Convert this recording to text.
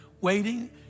waiting